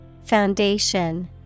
Foundation